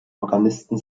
organisten